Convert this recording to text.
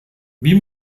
wie